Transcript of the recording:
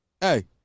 hey